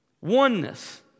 oneness